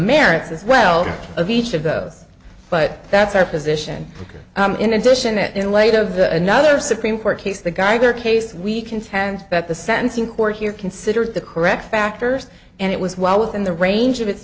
merits as well of each of those but that's our position in addition it in light of another supreme court case the geiger case we contend that the sentencing court here considers the correct factors and it was well within the range of its